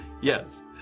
Yes